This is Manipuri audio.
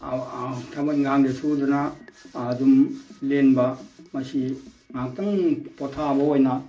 ꯊꯕꯛ ꯏꯟꯒꯥꯡꯗ ꯁꯨꯗꯅ ꯑꯗꯨꯝ ꯂꯦꯟꯕ ꯃꯁꯤ ꯉꯥꯛꯇꯪ ꯄꯣꯊꯥꯕ ꯑꯣꯏꯅ